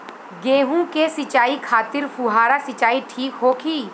गेहूँ के सिंचाई खातिर फुहारा सिंचाई ठीक होखि?